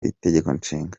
itegekonshinga